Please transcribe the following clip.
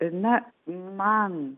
na man